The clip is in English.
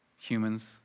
humans